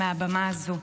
מהבמה הזאת.